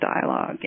dialogue